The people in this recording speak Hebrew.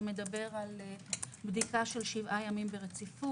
שמדבר על בדיקה של שבעה ימים ברציפות.